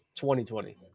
2020